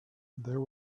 there